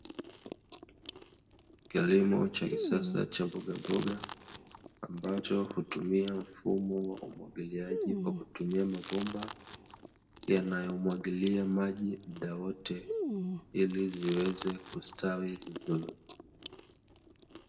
Kilimo cha kisasa cha mbogamboga, ambacho hutumia mfumo wa umwagiliaji kwa kutumia mabomba, yanayomwagilia maji muda wote ili ziweze kustawi vizuri.